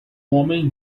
homem